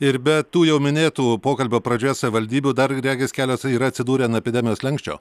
ir be tų jau minėtų pokalbio pradžioje savivaldybių dar regis keleta yra atsidūrę ant epidemijos slenksčio